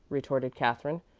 retorted katherine.